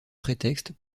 prétexte